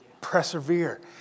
Persevere